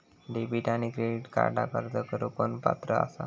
Debit आणि credit कार्डक अर्ज करुक कोण पात्र आसा?